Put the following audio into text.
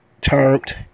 termed